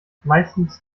meistens